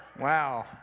Wow